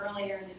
earlier